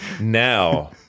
Now